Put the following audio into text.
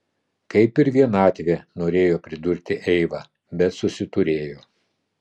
kaip ir vienatvė norėjo pridurti eiva bet susiturėjo